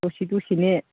दसे दसे ने